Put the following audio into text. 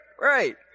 Right